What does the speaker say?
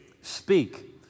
speak